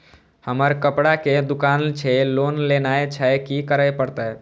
हमर कपड़ा के दुकान छे लोन लेनाय छै की करे परतै?